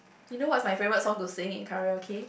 you know what's my favourite song to sing in karaoke